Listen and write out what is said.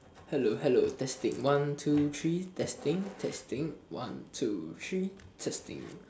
hello hello testing one two three testing testing one two three testing